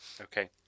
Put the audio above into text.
Okay